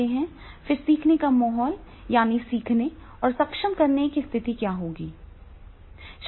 फिर सीखने का माहौल यानी सीखने और सक्षम करने की स्थिति क्या होगी